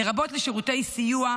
לרבות לשירותי סיוע,